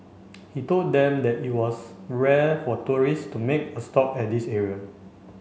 he told them that it was rare for tourist to make a stop at this area